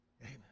Amen